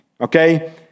okay